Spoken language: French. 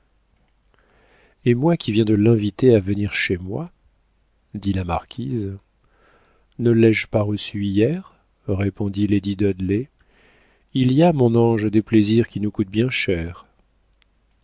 et moi qui viens de l'inviter à venir chez moi dit la marquise ne l'ai-je pas reçu hier répondit lady dudley il y a mon ange des plaisirs qui nous coûtent bien cher